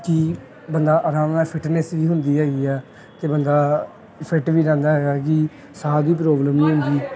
ਕਿ ਬੰਦਾ ਆਰਾਮ ਨਾਲ ਫਿੱਟਨੈੱਸ ਵੀ ਹੁੰਦੀ ਹੈਗੀ ਹੈ ਅਤੇ ਬੰਦਾ ਫਿੱਟ ਵੀ ਰਹਿੰਦਾ ਹੈਗਾ ਕਿ ਸਾਹ ਦੀ ਪ੍ਰੋਬਲਮ ਨਹੀਂ ਹੁੰਦੀ